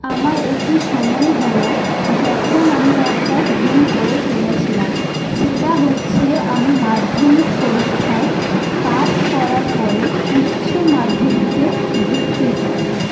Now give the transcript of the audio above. আমার একটি সময় হলো যখন আমি একটা ভুল করে ফেলেছিলাম সেটা হচ্ছে আমি মাধ্যমিক পরীক্ষায় পাশ করার পরে উচ্চমাধ্যমিকে ভর্তি হয়